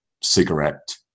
cigarette